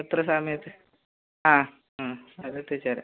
എത്ര സമയത്ത് ആ ഉം അത് എത്തിച്ച് തരാം